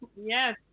Yes